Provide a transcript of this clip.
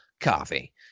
coffee